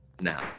now